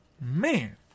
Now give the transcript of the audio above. Man